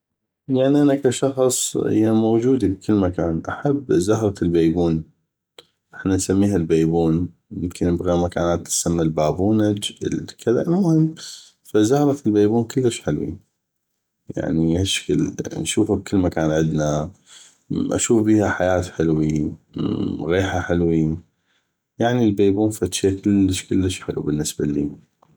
يعني انا كشخص هيه موجودي بكل مكان احب زهرة البيبون احنا نسميها البيبون يمكن بغيغ مكان تتسمى البابونج ال كذا المهم ف زهره البيبون كلش حلوي يعني هشكل نشوفه بكل مكان عدنا اشوف بيها حياة حلوي غيحه حلوي يعني البيبون فدشي كلش كلش حلو بالنسبه اللي